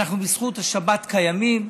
אנחנו בזכות השבת קיימים,